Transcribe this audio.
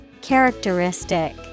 Characteristic